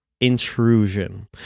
intrusion